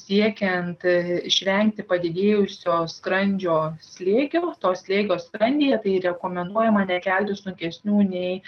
siekiant išvengti padidėjusio skrandžio slėgio to slėgio skrandyje tai rekomenduojama nekelti sunkesnių nei